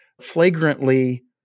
flagrantly